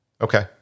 Okay